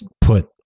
put